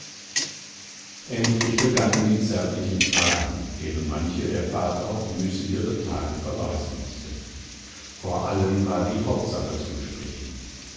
endlich begannen die zärtlichen fragen deren manche der vater auf müßigere tage verweisen mußte vor allem war die hauptsache zu besprechen